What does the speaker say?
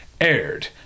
aired